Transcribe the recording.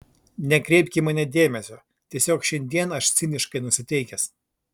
nekreipk į mane dėmesio tiesiog šiandien aš ciniškai nusiteikęs